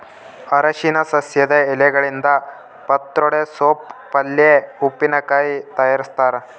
ಅರಿಶಿನ ಸಸ್ಯದ ಎಲೆಗಳಿಂದ ಪತ್ರೊಡೆ ಸೋಪ್ ಪಲ್ಯೆ ಉಪ್ಪಿನಕಾಯಿ ತಯಾರಿಸ್ತಾರ